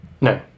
no